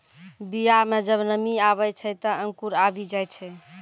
बीया म जब नमी आवै छै, त अंकुर आवि जाय छै